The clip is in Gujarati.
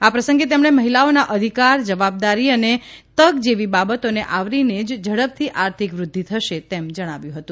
આ પ્રસંગે તેમણે મહિલાઓના અધિકાર જવાબદારી અને તક જેવી બાબતોને આવરીને જ ઝડપથી આર્થિક વૃદ્ધિ થશે તેમ જણાવ્યું હતું